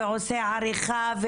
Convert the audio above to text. ועושה עריכה,